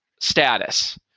status